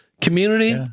community